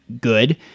good